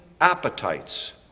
appetites